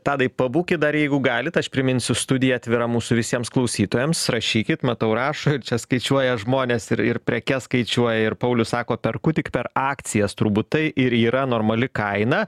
tadai pabūkit dar jeigu galit aš priminsiu studija atvira mūsų visiems klausytojams rašykit matau rašo ir čia skaičiuoja žmonės ir ir prekes skaičiuoja ir paulius sako perku tik per akcijas turbūt tai ir yra normali kaina